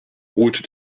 route